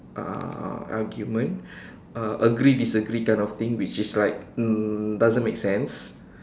uh argument uh agree disagree kind of thing which is like um doesn't make sense